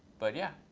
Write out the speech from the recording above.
but yeah,